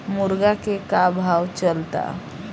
मुर्गा के का भाव चलता?